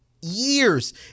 years